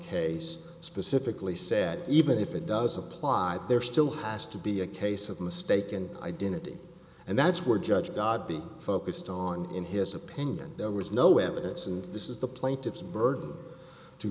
case specifically said even if it does apply there still has to be a case of mistaken identity and that's where judge god be focused on in his opinion there was no evidence and this is the plaintiff's burden to